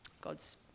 God's